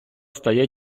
стає